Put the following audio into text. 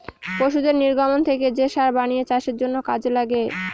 পশুদের নির্গমন থেকে যে সার বানিয়ে চাষের জন্য কাজে লাগে